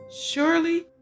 Surely